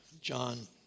John